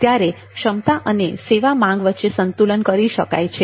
ત્યારે ક્ષમતા અને સેવા માંગ વચ્ચે સંતુલન કરી શકાય છે